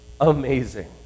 Amazing